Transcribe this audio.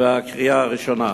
לקריאה הראשונה.